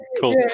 cool